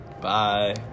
Bye